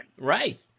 Right